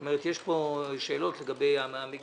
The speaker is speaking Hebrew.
זאת אומרת, יש פה שאלות לגבי המגבלה,